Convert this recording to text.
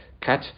cut